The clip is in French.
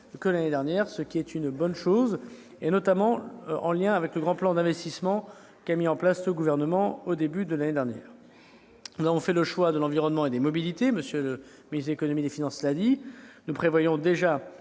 que l'année dernière, ce qui est une bonne chose. C'est notamment grâce au Grand plan d'investissement qu'a mis en place le Gouvernement au début de l'année dernière. Nous avons fait le choix de l'environnement et des mobilités, comme l'a dit M. le ministre de l'économie et des finances. Nous prévoyons déjà